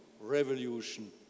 revolution